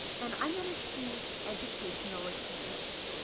and i'm going to choose educational attainment.